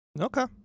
Okay